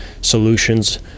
solutions